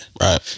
Right